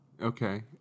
Okay